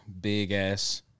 big-ass